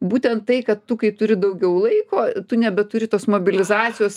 būtent tai kad tu kai turi daugiau laiko tu nebeturi tos mobilizacijos